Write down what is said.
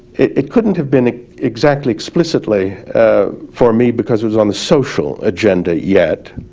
it couldn't have been exactly explicitly for me because it was on the social agenda yet,